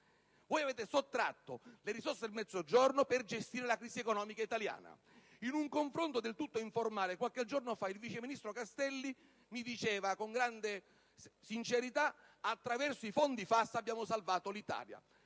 Voi avete sottratto le risorse del Mezzogiorno per gestire la crisi economica italiana. In un confronto del tutto informale, qualche giorno fa, il vice ministro Castelli mi diceva, con grande sincerità: «Attraverso i fondi FAS abbiamo salvato l'Italia».